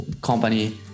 company